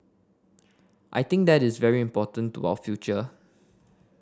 I think that is very important to our future